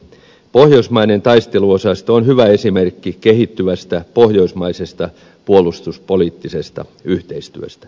pohjoismainen taisteluosasto on hyvä esimerkki kehittyvästä pohjoismaisesta puolustuspoliittisesta yhteistyöstä